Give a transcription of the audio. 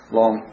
long